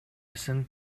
эсеби